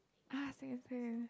ah same same